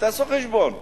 ותעשו חשבון,